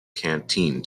canteen